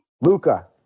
Luca